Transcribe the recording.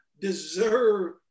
deserve